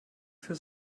für